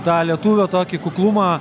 tą lietuvio tokį kuklumą